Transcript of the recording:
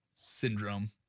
syndrome